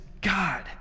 God